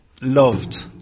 loved